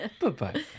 Bye-bye